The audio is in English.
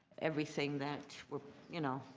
everything that we're you know,